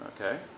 okay